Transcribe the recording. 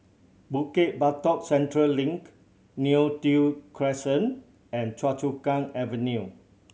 Bukit Batok Central Link Neo Tiew Crescent and Choa Chu Kang Avenue